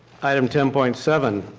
item ten point seven,